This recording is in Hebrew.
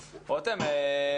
רותם,